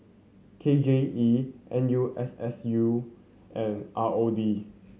K J E N U S S U and R O D